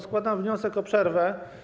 Składam wniosek o przerwę.